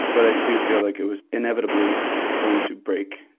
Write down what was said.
but i do feel like it was inevitably going to break.